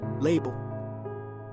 label